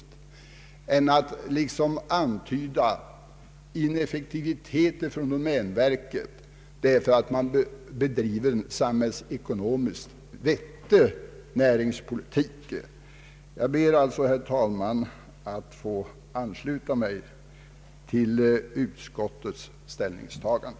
Det problemet är betydligt allvarligare än den ineffektivitet som man här anklagar domänverket för därför att domänverket bedriver en samhällsekonomiskt vettig näringspolitik. Jag ber, herr talman, att få ansluta mig till utskottets ställningstagande.